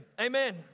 Amen